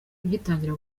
ugitangira